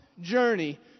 journey